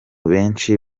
benshi